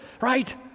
right